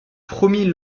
premier